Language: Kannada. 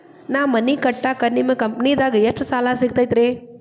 ನಾ ಮನಿ ಕಟ್ಟಾಕ ನಿಮ್ಮ ಕಂಪನಿದಾಗ ಎಷ್ಟ ಸಾಲ ಸಿಗತೈತ್ರಿ?